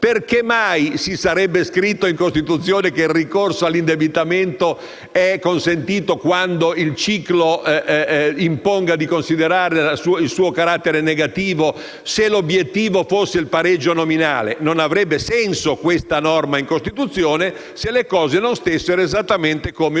Perché mai si sarebbe scritto in Costituzione che il ricorso all'indebitamento è consentito quando il ciclo economico imponga di considerare il suo carattere negativo, se l'obiettivo fosse il pareggio nominale? Non avrebbe senso questa norma in Costituzione, se le cose non stessero esattamente come ho cercato